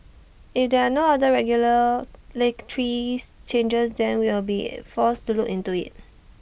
if there're no other regular let trees changes then we'll be forced to look into IT